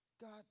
God